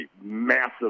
massive